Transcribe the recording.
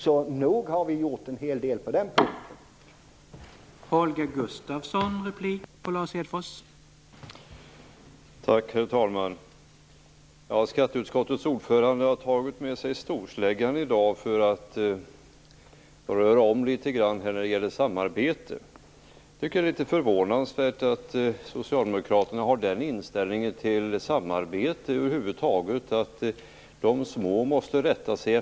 Så nog har vi gjort en hel del på den punkten.